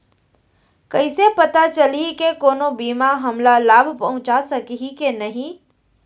कइसे पता चलही के कोनो बीमा हमला लाभ पहूँचा सकही के नही